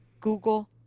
Google